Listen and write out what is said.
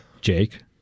Jake